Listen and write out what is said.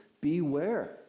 beware